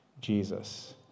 Jesus